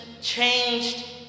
changed